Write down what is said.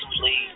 please